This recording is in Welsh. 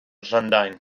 llundain